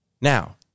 Now